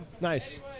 Nice